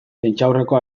prentsaurrekoa